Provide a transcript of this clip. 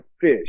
fish